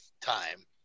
time